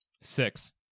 Six